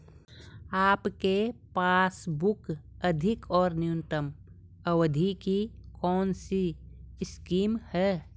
आपके पासबुक अधिक और न्यूनतम अवधि की कौनसी स्कीम है?